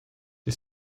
the